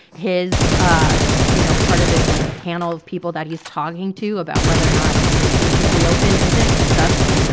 his ah you know, part of his, like, panel of people that he's talking to about whether or not the state should reopen isn't just,